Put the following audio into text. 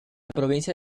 provincia